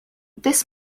this